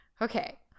okay